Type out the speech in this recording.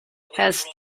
has